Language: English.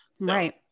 Right